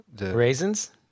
Raisins